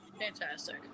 Fantastic